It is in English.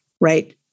right